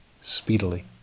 speedily